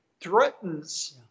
threatens